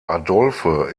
adolphe